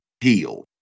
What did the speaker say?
heal